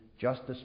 justice